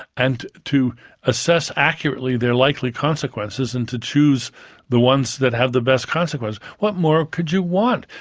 and to assess accurately their likely consequences, and to choose the ones that have the best consequences, what more could you want?